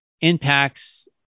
impacts